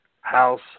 House